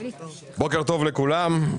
בוקר טוב לכולם.